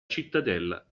cittadella